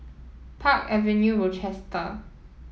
Park Avenue Rochester